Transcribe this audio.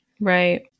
right